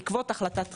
בעקבות החלטת דחיה,